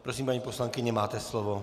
Prosím, paní poslankyně, máte slovo.